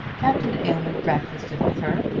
captain aylmer breakfasted with her,